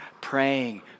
praying